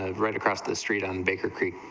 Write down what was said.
ah right across the street on baker creek,